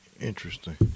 Interesting